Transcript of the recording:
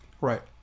right